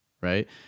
right